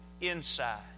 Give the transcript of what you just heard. inside